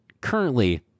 currently